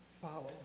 follow